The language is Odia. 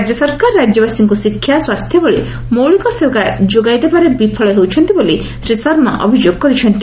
ରାଜ୍ୟ ସରକାର ରାଜ୍ୟବାସୀଙ୍କୁ ଶିକ୍ଷା ସ୍ୱାସ୍ଥ୍ୟଭଳି ମୌଳିକ ସେବା ଯୋଗାଇ ଦେବାରେ ବିଫଳ ହୋଇଛନ୍ତି ବୋଲି ଶ୍ରୀ ଶର୍ମା ଅଭିଯୋଗ କରିଛନ୍ତି